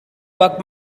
buck